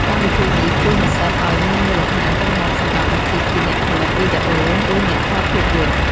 កម្មវិធីនេះជួយនិស្សិតឱ្យមានមូលដ្ឋានរឹងមាំសម្រាប់អាជីពជាអ្នកផលិតវីដេអូ ឬអ្នកថតភាពយន្ត។